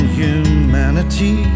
humanity